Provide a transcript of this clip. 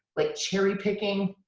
like cherry picking,